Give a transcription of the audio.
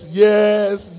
yes